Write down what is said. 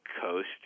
Coast